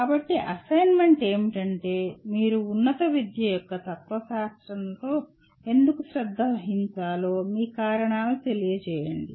కాబట్టి అసైన్మెంట్ ఏమిటంటే మీరు ఉన్నత విద్య యొక్క తత్వశాస్త్రంతో ఎందుకు శ్రద్ధ వహించాలో మీ కారణాలను తెలియజేయండి